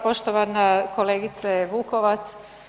Poštovana kolegice Vukovac.